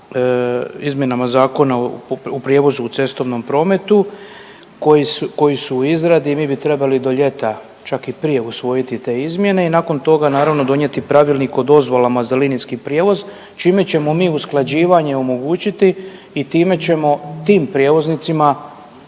izmjenama zakona u prijevozu u cestovnom prometu koji su u izradi. Mi bi trebali do ljeta čak i prije usvojiti te izmjene i nakon toga naravno donijeti Pravilnik o dozvolama za linijski prijevoz čime ćemo mi usklađivanje omogućiti i time ćemo, tim prijevoznicima